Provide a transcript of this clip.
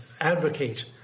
advocate